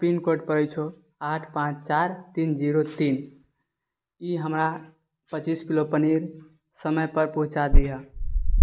आओर पिनकोड पड़ै छौ आठ पाँच चारि तीन जीरो तीन ई हमरा पचीस किलो पनीर समय पर पहुँचा दिहऽ